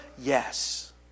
Yes